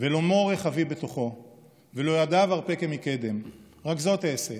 ולא מורך אביא בתוכו / ולא ידיו ארפה כמקדם./ רק זאת אעשה: